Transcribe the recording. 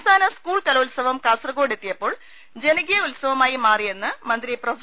സംസ്ഥാന സ്കൂൾ കലോത്സവം കാസർകോഡ് എത്തിയ പ്പോൾ ജനകീയു ഉത്സവമായി മാറിയെന്ന് മന്ത്രി പ്രൊഫ